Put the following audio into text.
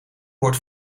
wordt